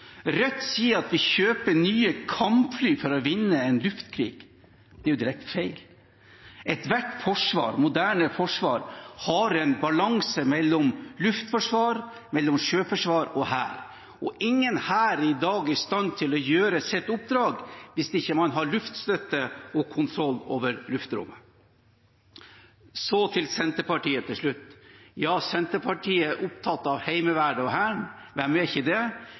Rødt. Rødt sier at vi kjøper nye kampfly for å vinne en luftkrig. Det er direkte feil. Ethvert moderne forsvar har en balanse mellom luftforsvar, sjøforsvar og hær. Ingen hær er i dag i stand til å utføre sitt oppdrag hvis man ikke har luftstøtte og kontroll over luftrommet. Til slutt til Senterpartiet: Ja, Senterpartiet er opptatt av Heimevernet og Hæren – hvem er ikke det